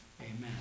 Amen